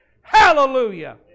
Hallelujah